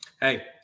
Hey